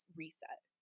reset